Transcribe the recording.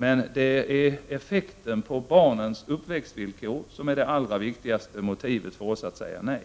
Men det är effekten på barnens uppväxtvillkor som är det allra viktigaste motivet för oss att säga nej.